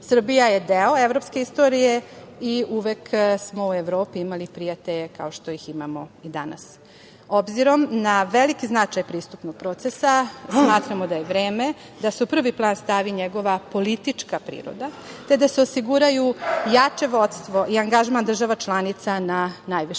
Srbija je deo evropske istorije i uvek smo u Evropi imali prijatelje kao što ih imamo i danas. Obzirom na veliki značaj pristupnog procesa, smatramo da je vreme da se u prvi plan stavi njegova politička priroda, te da se osiguraju jače vodstvo i angažman država članica na najvišem